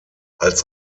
als